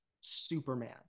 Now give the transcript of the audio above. superman